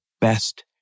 best